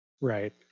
Right